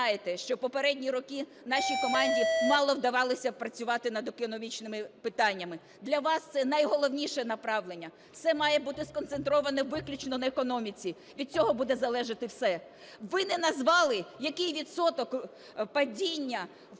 Ви знаєте, що попередні роки нашій команді мало вдавалося працювати над економічними питаннями. Для вас це найголовніше направлення, все має бути сконцентроване виключно на економіці, від цього буде залежати все. Ви не назвали який відсоток падіння в промисловості